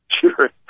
Sure